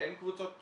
אין קבוצות להורים,